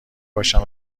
باشم